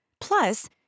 plus